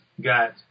got